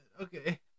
Okay